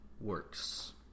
works